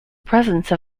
presence